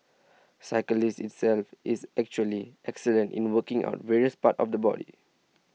cycling itself is actually excellent in working out various parts of the body